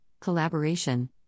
collaboration